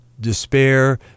despair